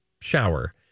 shower